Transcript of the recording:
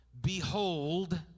Behold